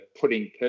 putting